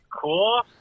cool